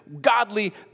godly